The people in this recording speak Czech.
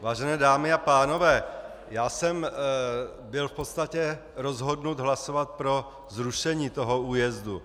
Vážené dámy a pánové, já jsem byl v podstatě rozhodnut hlasovat pro zrušení toho újezdu.